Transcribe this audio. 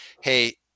hey